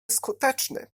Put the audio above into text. skuteczny